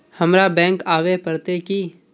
हमरा बैंक आवे पड़ते की?